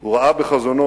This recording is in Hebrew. הוא ראה בחזונו